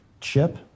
chip